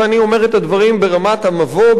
ואני אומר את הדברים ברמת המבוא,